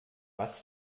bass